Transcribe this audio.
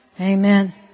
Amen